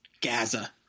Gaza